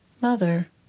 mother